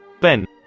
Ben